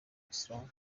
kisumu